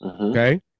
okay